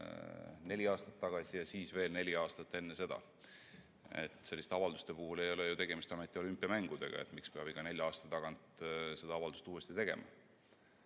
neli aastat tagasi ja siis veel neli aastat enne seda. Selliste avalduste puhul ei ole ju ometi tegemist olümpiamängudega. Miks peab iga nelja aasta tagant seda avaldust uuesti tegema?